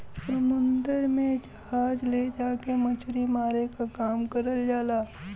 समुन्दर में जहाज ले जाके मछरी मारे क काम करल जाला